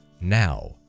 Now